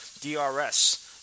DRS